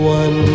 one